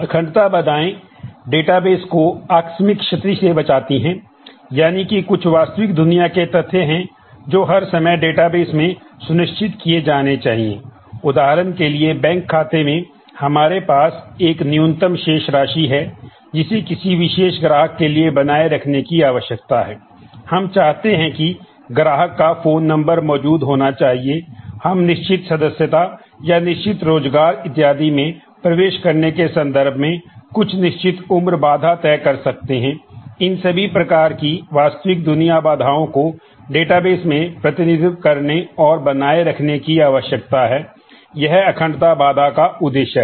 अखंडता बाधाएं डेटाबेस में प्रतिनिधित्व करने और बनाए रखने की आवश्यकता है और यह अखंडता बाधा का उद्देश्य है